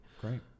great